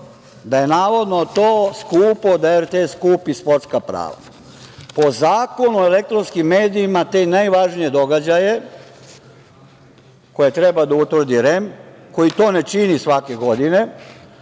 da je navodno to skupo da RTS kupi sportska prava. Po Zakonu o elektronskim medijima, te najvažnije događaje koje treba da utvrdi REM, koji to ne čini svake godine,